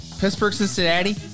Pittsburgh-Cincinnati